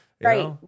Right